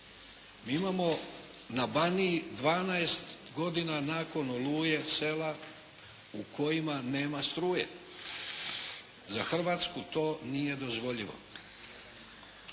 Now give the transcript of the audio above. Mi imamo na Baniji 12 godina nakon Oluje sela u kojima nema struje, za Hrvatsku to nije dozvolivo.